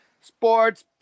Sports